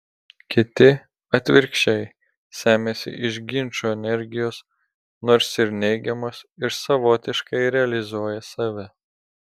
kiti atvirkščiai semiasi iš ginčų energijos nors ir neigiamos ir savotiškai realizuoja save